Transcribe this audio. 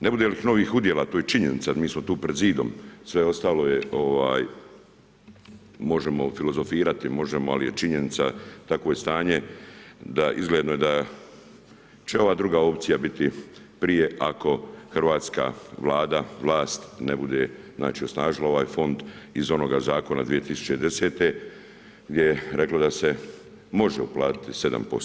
Ne bude li novih udjela, to je činjenica, jer mi smo tu pred zidom, sve ostalo možemo filozofirati, ali je činjenica, takvo je stanje da je izgledno da će ova druga opcija biti prije, ako Hrvatska vlada, vlast ne bude osnažila ovaj fond iz onoga zakona 2010. gdje je reklo da se može uplatiti 7%